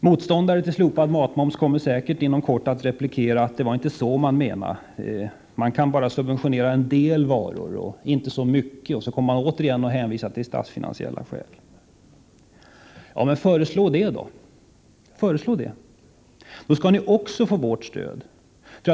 Motståndare mot slopad matmoms kommer säkert inom kort att replikera att det inte var så man menade, att man bara kan subventionera en del varor och inte så mycket. Och så kommer man återigen att hänvisa till statsfinansiella skäl. Nå, men föreslå det då, och ni skall också få vårt stöd.